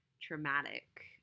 traumatic